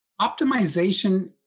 Optimization